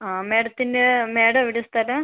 ആ മാഡത്തിൻ്റെ മാഡം എവിടെയാണ് സ്ഥലം